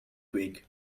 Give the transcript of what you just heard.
twig